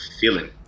feeling